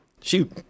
shoot